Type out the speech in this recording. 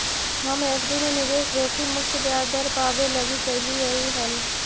हम एफ.डी में निवेश जोखिम मुक्त ब्याज दर पाबे लागी कयलीअई हल